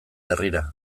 herrira